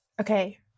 Okay